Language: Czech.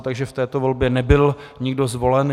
Takže v této volbě nebyl nikdo zvolen.